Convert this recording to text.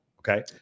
okay